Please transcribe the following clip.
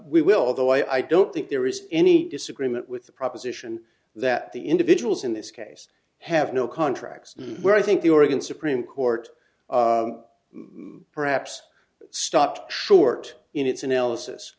we will though i don't think there is any disagreement with the proposition that the individuals in this case have no contracts where i think the oregon supreme court perhaps stopped short in its analysis